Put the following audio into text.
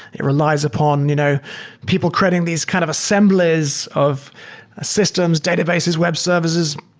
it relies upon you know people creating these kind of assemblies of systems, databases, web services,